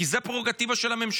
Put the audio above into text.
כי זה פררוגטיבה של הממשלה.